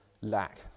lack